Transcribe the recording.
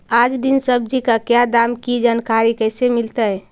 आज दीन सब्जी का क्या दाम की जानकारी कैसे मीलतय?